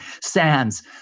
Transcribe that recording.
sands